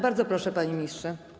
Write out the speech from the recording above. Bardzo proszę, panie ministrze.